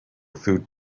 food